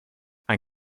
ein